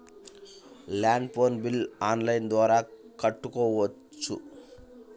Land phone bill online ద్వారా కట్టుకోవచ్చు?